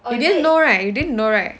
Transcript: you didn't know right you didn't know right